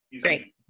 Great